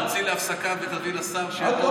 אז מה, תוציא להפסקה ותביא לשר,